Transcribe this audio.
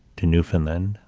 to newfoundland,